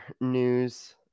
news